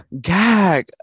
Gag